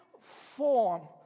form